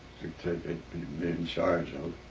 take take being in charge of